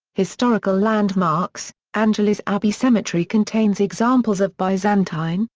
historical landmarks angeles abbey cemetery contains examples of byzantine,